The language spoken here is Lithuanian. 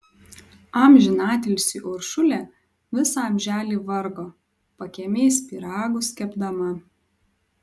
amžinatilsį uršulė visą amželį vargo pakiemiais pyragus kepdama